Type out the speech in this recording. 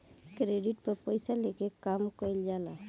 credit पर पइसा लेके आ काम कइल जाला